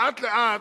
לאט-לאט,